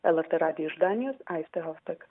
lrt radijui iš danijos aistė hoftak